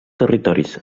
territoris